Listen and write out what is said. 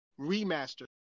remaster